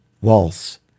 waltz